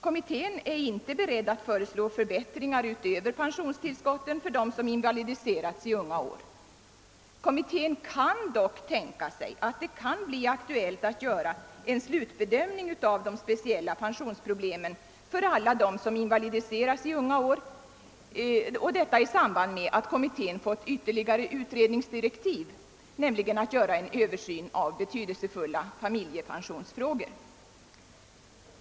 Kommittén är inte beredd att föreslå förbättringar utöver pensionstillskotten för dem som invalidiserats i unga år. Kommittén kan dock tänka sig att det blir aktuellt med en slutbedömning av de speciella pensionsproblemen för alla dem som invalidiserats i unga år och detta i samband med att kommittén fått ytterligare utredningsdirektiv att göra en översyn av betydelsefulla familjepensionsfrågor.